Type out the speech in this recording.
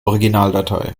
originaldatei